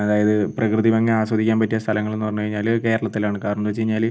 അതായത് പ്രകൃതി ഭംഗി ആസ്വദിക്കാൻ പറ്റിയ സ്ഥലങ്ങളെന്നു പറഞ്ഞു കഴിഞ്ഞാൽ കേരളത്തിലാണ് കാരണമെന്തന്നു വെച്ചു കഴിഞ്ഞാൽ